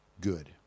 good